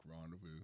Rendezvous